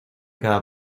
cada